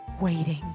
waiting